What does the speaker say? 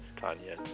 Tanya